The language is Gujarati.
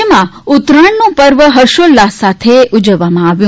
રાજ્યભરમાં ઉત્તરાયણનું પર્વ હર્ષોલ્લાસ સાથે ઉજવવામાં આવ્યું